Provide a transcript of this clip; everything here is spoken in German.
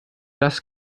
das